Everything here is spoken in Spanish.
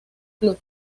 club